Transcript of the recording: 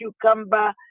cucumber